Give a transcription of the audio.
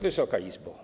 Wysoka Izbo!